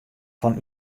fan